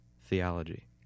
theology